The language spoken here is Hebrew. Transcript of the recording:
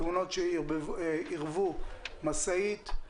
תאונות שעירבו משאית,